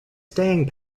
staying